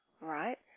right